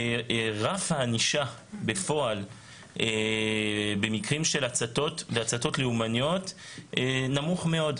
רף הענישה בפועל במקרים של הצתות והצתות לאומניות נמוך מאוד,